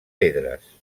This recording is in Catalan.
pedres